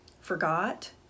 forgot